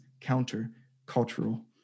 counter-cultural